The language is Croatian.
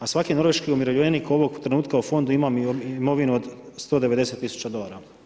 A svaki norveški umirovljenik ovog trenutku u fondu ima imovinu od 190 000 dolara.